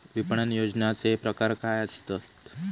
विपणन नियोजनाचे प्रकार काय आसत?